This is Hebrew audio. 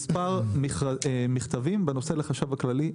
מעשרה מכתבים לחשב הכללי,